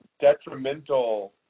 detrimental